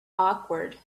awkward